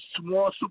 small